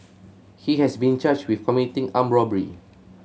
he has been charged with committing armed robbery